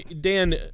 Dan